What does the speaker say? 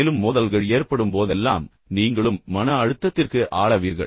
மேலும் மோதல்கள் ஏற்படும் போதெல்லாம் நீங்களும் மன அழுத்தத்திற்கு ஆளாவீர்கள்